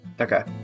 Okay